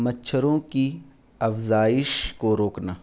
مچھروں کی افزائش کو روکنا